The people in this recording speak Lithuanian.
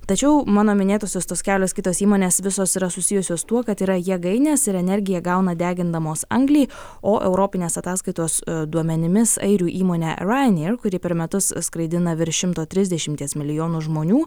tačiau mano minėtosios tos kelios kitos įmonės visos yra susijusios tuo kad yra jėgainės ir energiją gauna degindamos anglį o europinės ataskaitos duomenimis airių įmonė ryanair kuri per metus skraidina virš šimto trisdešimties milijonų žmonių